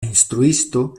instruisto